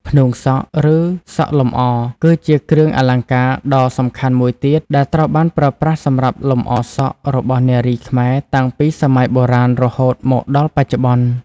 ផ្នួងសក់ ឬសក់លម្អ គឺជាគ្រឿងអលង្ការដ៏សំខាន់មួយទៀត ដែលត្រូវបានប្រើប្រាស់សម្រាប់លម្អ សក់ របស់នារីខ្មែរតាំងពីសម័យបុរាណរហូតមកដល់បច្ចុប្បន្ន។